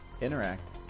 interact